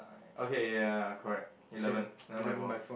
okay ya ya correct eleven where am I wrong